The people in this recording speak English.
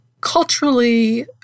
Culturally